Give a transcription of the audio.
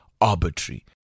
arbitrary